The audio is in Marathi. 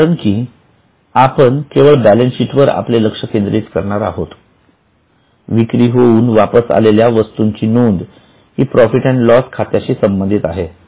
कारण कि आपण केवळ बान्सशीट वर आपले लक्ष केंद्रित करणार आहोत विक्री होवुन वापसआलेल्या वस्तूची नोंद हि प्रॉफिट अँड लॉस खात्याशी संबंधित आहे